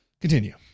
Continue